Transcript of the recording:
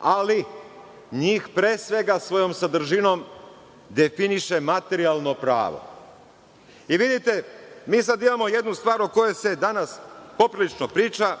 ali njih pre svega svojom sadržinom definiše materijalno pravo. Vidite, mi sad imamo jednu stvar o kojoj se danas poprilično priča,